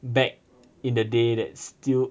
back in the day that still